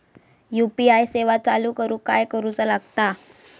UPI सेवा चालू करूक काय करूचा लागता?